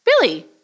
Billy